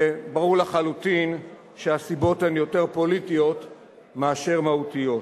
וברור לחלוטין שהסיבות הן יותר פוליטיות מאשר מהותיות.